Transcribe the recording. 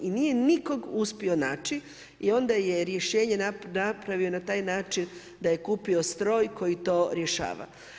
I nije nikoga uspio naći i onda je rješenje napravio na taj način da je kupio stroj koji to rješava.